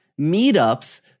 Meetups